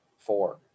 four